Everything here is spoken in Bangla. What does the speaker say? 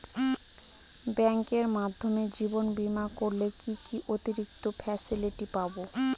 ব্যাংকের মাধ্যমে জীবন বীমা করলে কি কি অতিরিক্ত ফেসিলিটি পাব?